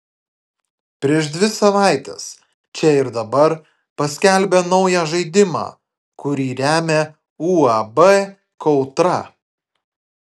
prieš dvi savaites čia ir dabar paskelbė naują žaidimą kurį remia uab kautra